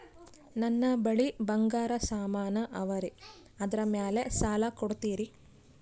ನನ್ನ ಬಳಿ ಬಂಗಾರ ಸಾಮಾನ ಅವರಿ ಅದರ ಮ್ಯಾಲ ಸಾಲ ಕೊಡ್ತೀರಿ?